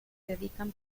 dedican